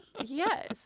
Yes